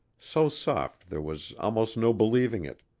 so soft there was almost no believing it